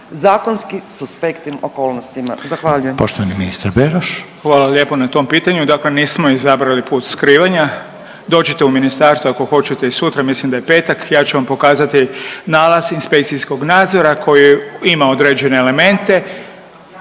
zakonski suspektnim okolnostima? Zahvaljujem.